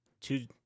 two